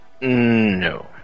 No